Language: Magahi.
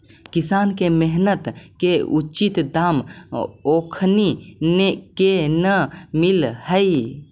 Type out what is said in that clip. किसान के मेहनत के उचित दाम ओखनी के न मिलऽ हइ